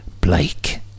blake